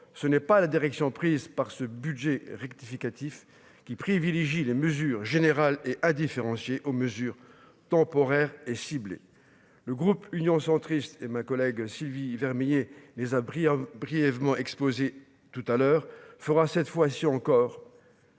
ce n'est pas la direction prise par ce budget rectificatif qui privilégie les mesures générales et à différencier aux mesures temporaires et ciblées, le groupe Union centriste et ma collègue Sylvie Vermeillet les abris brièvement exposé tout à l'heure, fera cette fois-ci encore.